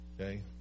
Okay